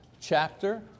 chapter